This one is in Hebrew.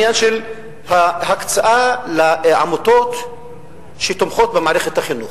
יש עניין של ההקצאה לעמותות שתומכות במערכת החינוך.